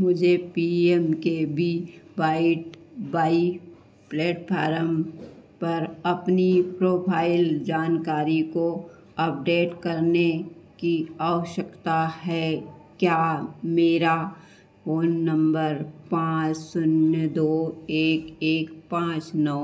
मुझे P M K V वाइट Y platform पर अपनी प्रोफ़ाइल जानकारी को अपडेट करने की आवश्यकता है क्या मेरा फ़ोन नम्बर पाँच शून्य दो एक एक पाँच नौ